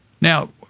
Now